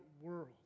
world